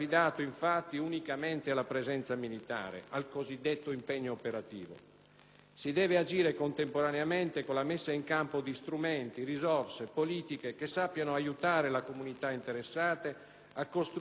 Si deve agire contemporaneamente con la messa in campo di strumenti, risorse e politiche che sappiano aiutare le comunità interessate a costruire le migliori condizioni per la realizzazione di una transizione sicura e stabile.